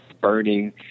burning